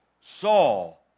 Saul